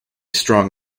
strong